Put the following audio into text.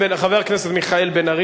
חבר הכנסת מיכאל בן-ארי,